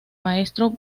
maestro